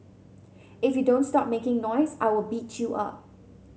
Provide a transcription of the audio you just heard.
if you don't stop making noise I will beat you up